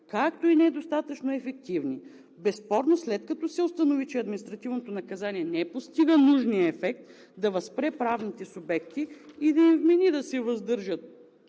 както и недостатъчно ефективни. Безспорно, след като се установи, че административното наказание не постига нужния ефект да възпре правните субекти и да им вмени да се въздържат